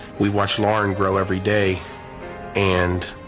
we watched lauren grow every day and